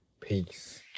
peace